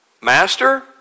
Master